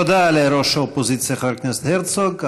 תודה לראש האופוזיציה חבר כנסת הרצוג.